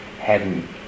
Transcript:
heaven